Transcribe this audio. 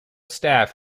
staff